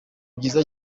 byiza